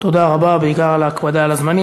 תודה רבה, בעיקר על ההקפדה על הזמנים.